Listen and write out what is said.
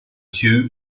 the